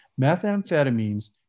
Methamphetamines